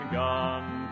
gone